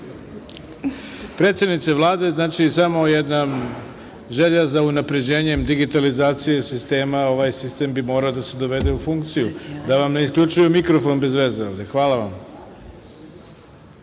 problem. Predsednice Vlade, samo jedna želja za unapređenjem digitalizacije sistema, a ovaj sistem bi morao da se dovede u funkciju, da vam ne isključuju mikrofon bez veze ovde. Hvala vam.